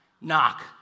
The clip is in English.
Knock